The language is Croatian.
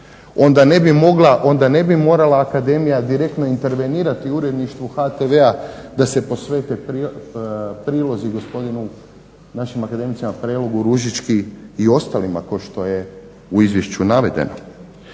Onda ne bi morala Akademija direktno intervenirati uredništvu HTV-a da se posvete prilozi gospodinu, našim akademicima Prelogu, Ružički i ostalima kao što je u Izvješću navedeno.